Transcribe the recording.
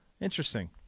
interesting